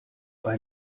bei